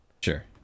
Sure